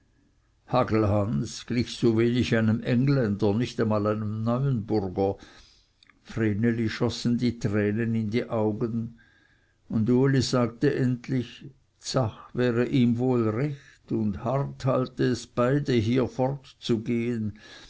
glich so wenig einem engländer nicht einmal einem neuenburger vreneli schossen die tränen in die augen und uli sagte endlich dsach wäre ihm wohl recht und hart halte es beide hier fortzugehen